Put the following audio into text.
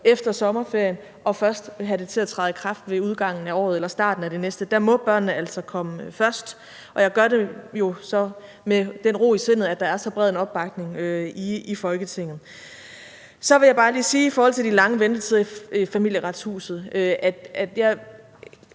efter sommerferien og først have det til at træde i kraft ved udgangen af året eller i starten af det næste. Der må børnene altså komme først, og jeg gør det jo så med den ro i sindet, at der er så bred en opbakning i Folketinget. Så vil jeg bare lige sige i forhold til de lange ventetider i Familieretshuset, at jeg